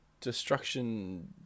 Destruction